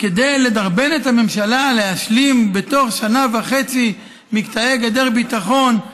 כדי לדרבן את הממשלה להשלים בתוך שנה וחצי מקטעי גדר ביטחון,